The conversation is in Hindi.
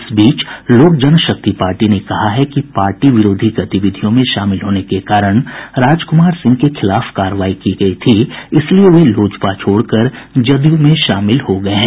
इस बीच लोक जनशक्ति पार्टी ने कहा है कि पार्टी विरोधी गतिविधियों में शामिल होने के कारण राजकुमार सिंह के खिलाफ कार्रवाई की गयी थी इसलिए वे लोजपा छोड़कर जदयू में शामिल हो गये हैं